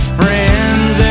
friends